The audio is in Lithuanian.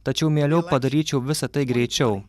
tačiau mieliau padaryčiau visa tai greičiau